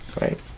right